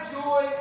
joy